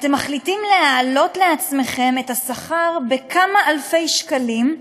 אתם מחליטים להעלות לעצמכם את השכר בכמה אלפי שקלים,